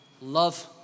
love